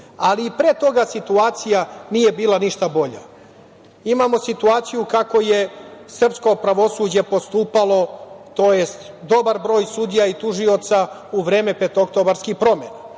ali i pre toga situacija nije bila ništa bolja. Imamo situaciju kako je srpsko pravosuđe postupalo, tj. dobar broj sudija i tužilaca u vreme petooktobarskih promena.